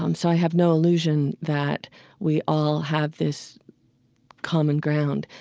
um so i have no illusion that we all have this common ground.